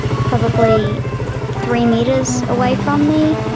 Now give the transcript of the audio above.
probably three metres away from me.